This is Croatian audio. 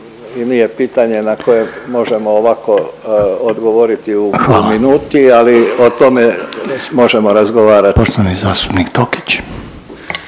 i nije pitanje na koje možemo ovako odgovoriti u minuti …/Upadica Reiner: Hvala./…